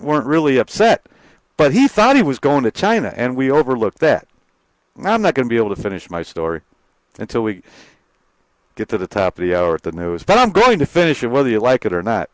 weren't really upset but he thought he was going to china and we overlook that and i'm not going to be able to finish my story until we get to the top of the hour at the news but i'm going to finish it whether you like it or not